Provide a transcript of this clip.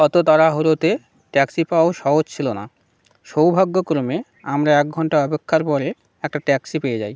অতো তাড়াহুড়োতে ট্যাক্সি পাওয়াও সহজ ছিলো না সৌভাগ্যক্রমে আমরা এক ঘন্টা অপেক্ষার পরে একটা ট্যাক্সি পেয়ে যাই